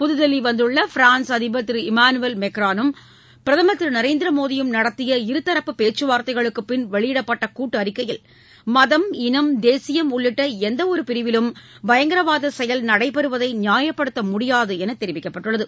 புதுதில்லி வந்துள்ள பிரான்ஸ் அதிபர் திரு இமானுவேல் மெக்ரானும் பிரதமர் திரு நரேந்திர மோடியும் நடத்திய இருதரப்பு பேச்சுவார்த்தைகளுக்குபின் வெளியிடப்பட்ட கூட்டறிக்கையில் மதம் இனம் தேசியம் உள்ளிட்ட எந்தவொரு பிரிவிலும் பயங்கரவாத செயல் நடைபெறுவதை நியாயப்படுத்த முடியாது என்று தெரிவிக்கப்பட்டுள்ளது